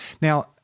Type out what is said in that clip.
Now